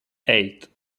eight